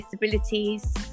disabilities